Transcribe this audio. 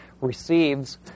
receives